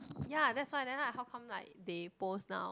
ya that's why then like how come like divorce now